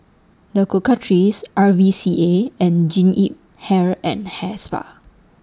The Cocoa Trees R V C A and Jean Yip Hair and Hair Spa